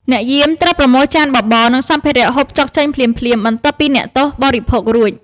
អ្នកយាមត្រូវប្រមូលចានបបរ និងសម្ភារៈហូបចុកចេញភ្លាមៗ បន្ទាប់ពីអ្នកទោសបរិភោគរួច។